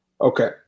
Okay